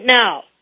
now